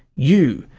you!